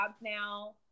now